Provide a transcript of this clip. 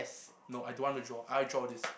no I don't want to draw I draw this